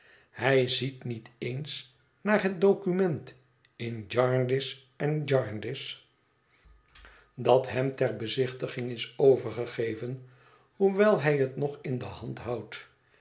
hij ziet niet eens naar het document in jarndyce en jarndyce dat het verlaten huis hem ter bezichtiging is overgegeven hoewel hij het nog in de hand houdt